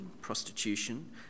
prostitution